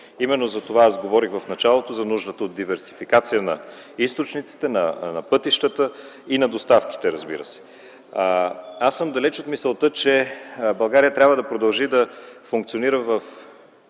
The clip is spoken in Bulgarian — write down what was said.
Именно затова аз говорих в началото за нуждата от диверсификация на източниците, на пътищата и на доставките, разбира се. Аз съм далеч от мисълта, че България трябва да продължи да функционира в